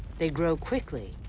they grow quickly,